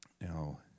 Now